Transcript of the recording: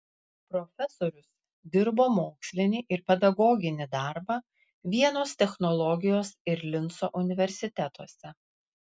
profesorius dirbo mokslinį ir pedagoginį darbą vienos technologijos ir linco universitetuose